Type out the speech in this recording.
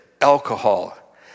alcohol